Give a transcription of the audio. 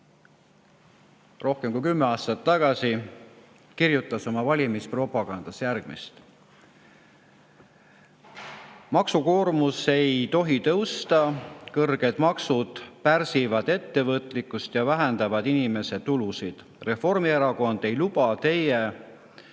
rohkem kui kümme aastat tagasi kirjutas oma valimispropagandas järgmist: "Maksukoormus ei tohi tõusta. Kõrged maksud pärsivad ettevõtlikkust ja vähendavad inimese tulusid. Reformierakond ei luba Teie